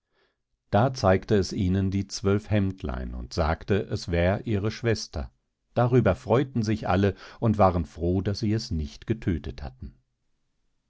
da zeigte es ihnen die zwölf hemdlein und sagte es wär ihre schwester darüber freuten sie sich alle und waren froh daß sie es nicht getödtet hatten